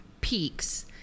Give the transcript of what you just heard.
peaks